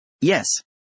Yes